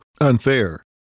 unfair